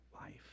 life